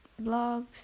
blogs